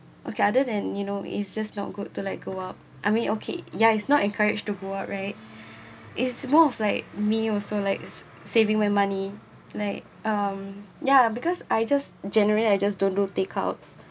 okay other than you know it's just not good to like go out I mean okay ya it's not encouraged to go out right it's more of like me also like saving my money like um yeah because I just generally I just don't do take outs